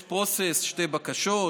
יש process: שתי בקשות,